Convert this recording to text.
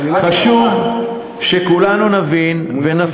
חשוב שכולנו נבין ונפנים,